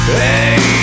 hey